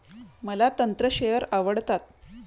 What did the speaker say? मला तंत्र शेअर आवडतात